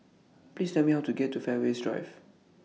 Please Tell Me How to get to Fairways Drive